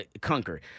conquer